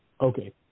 Okay